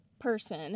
person